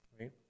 right